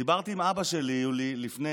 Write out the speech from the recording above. דיברתי עם אבא שלי, יולי.